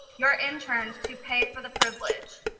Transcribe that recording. you're interns to pay for the privilege.